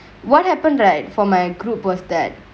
what happened right for my group was that